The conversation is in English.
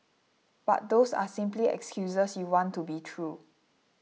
but those are simply excuses you want to be true